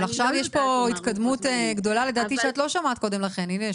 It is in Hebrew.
אבל עכשיו יש פה התקדמות גדולה לדעתי שאת לא שמעת קודם לכן.